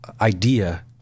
idea